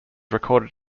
recorded